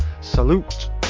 salute